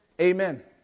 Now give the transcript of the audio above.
Amen